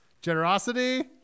generosity